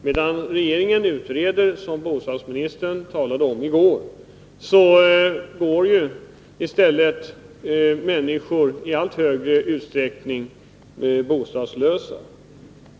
Medan regeringen utreder — som bostadsministern talade om i går — går människor i allt högre utsträckning bostadslösa.